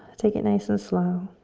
take it nice and slow.